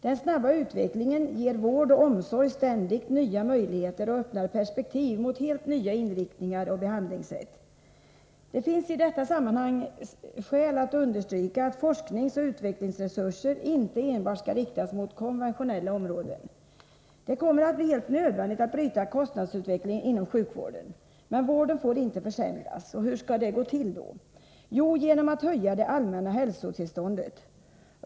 Den snabba utvecklingen ger vård och omsorg ständigt nya möjligheter och öppnar perspektiv mot helt nya inriktningar och behandlingssätt. Det finns i detta sammanhang skäl att understryka att forskningsoch utvecklingsresurser inte enbart skall riktas mot konventionella områden. 3 Det kommer att bli helt nödvändigt att bryta kostnadsutvecklingen inom sjukvården. Men vården får inte försämras. Hur skall det gå till? Jo, genom att höja det allmänna hälsotillståndet.